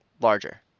larger